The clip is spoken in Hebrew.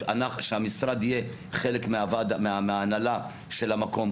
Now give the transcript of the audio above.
שהמשרד יהיה חלק מההנהלה של המקום.